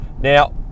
Now